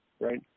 right